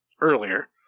earlier